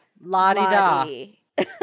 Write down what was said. La-di-da